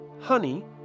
honey